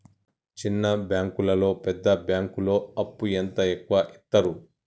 చిన్న బ్యాంకులలో పెద్ద బ్యాంకులో అప్పు ఎంత ఎక్కువ యిత్తరు?